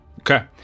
Okay